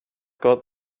got